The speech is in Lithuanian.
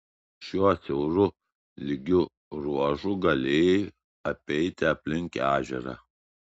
šiuo siauru lygiu ruožu galėjai apeiti aplink ežerą